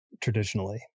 traditionally